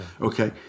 okay